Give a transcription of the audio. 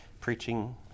preaching